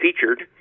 Featured